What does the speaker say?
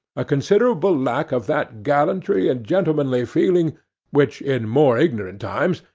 a considerable lack of that gallantry and gentlemanly feeling which, in more ignorant times,